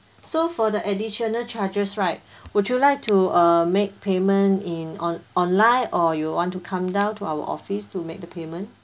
so for the additional charges right would you like to err make payment in on online or you want to come down to our office to make the payment